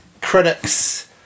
critics